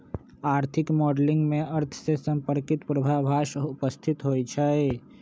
आर्थिक मॉडलिंग में अर्थ से संपर्कित पूर्वाभास उपस्थित होइ छइ